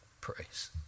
praise